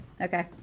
Okay